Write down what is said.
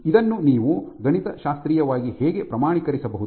ಇದನ್ನು ನೀವು ಗಣಿತಶಾಸ್ತ್ರೀಯವಾಗಿ ಹೇಗೆ ಪ್ರಮಾಣೀಕರಿಸಬಹುದು